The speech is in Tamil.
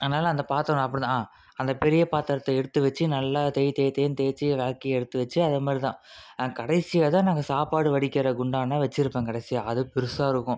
அதனால் அந்த பாத்திரம் அப்படி தான் ஆ அந்த பெரிய பாத்திரத்த எடுத்து வச்சி நல்லா தேய் தேய் தேயின்னு தேச்சு விளக்கி எடுத்து வச்சு அதைமாரி தான் கடைசியாக தான் நாங்கள் சாப்பாடு வடிக்கிற குண்டானை வச்சுருப்பேன் கடைசியாக அது பெரிசா இருக்கும்